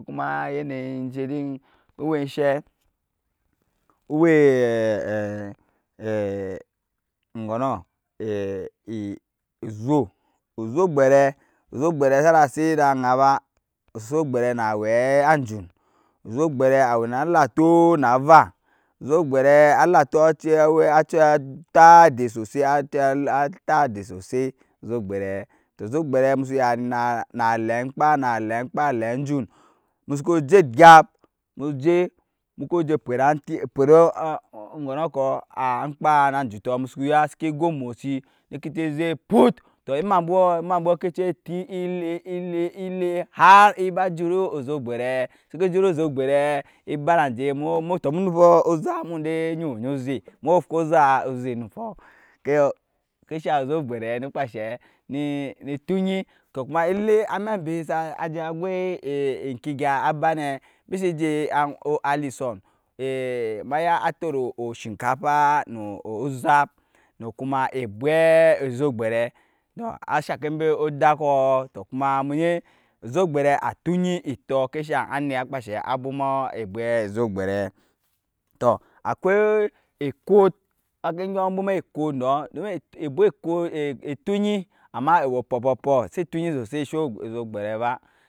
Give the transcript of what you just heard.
Kuma yene yin enje din ewe enshe ewe. ozo ozo gbere ozo gbere sa set ede aya ba na wee anjun ozo gbere awe na alatoo na ava ozo gbere alatoo aci atat edet sosa aci a tat edet sosai ozo gberee tɔ ozo gbere emu su ya ni nɔ a na lee amkpa na lee amkpa a lee anjun musu ku je egyap mu je muku je pyet abi pyet amkpaa na anjunts musu ku ga seke go amɔ si ne keci zek tɔ eman bwos keci eti ele el ele har e ba jut ozo gberee seke jut ozo gberee eba na nje tɔ onumpɔɔ ozap mu de ewe onyi oze mu fwa ocap oze onumps tɔɔ oŋke eshan ozo gberee ene kpaa ensheɛ ne ne ettunyi tɔ koma ele ana mbe s sa goi eŋke egya a bane embisije alision ema ya tɔt o shin ka pa nu ozap nu kuma ebwɛɛ ozo gberee tɔ a shake mbe odag dakɔɔ tɔ kuma mu nyi ozo gbere a tunyi etɔ oŋke shaŋ anit akpa enshee a bwomaa ebwɛ ozo gberee tɔ akwai ekɔt ema ŋke gyɔɔ embwoma amma ewe pye pye pye si tunyi sosai esho ozo gberee ba.